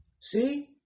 See